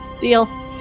deal